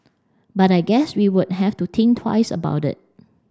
but I guess we would have to think twice about it